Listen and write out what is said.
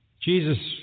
Jesus